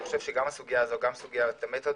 אני חושב שגם הסוגיה הזו וגם סוגית המתדון